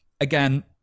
again